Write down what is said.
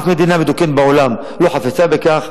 אף מדינה מתוקנת בעולם לא חפצה בכך,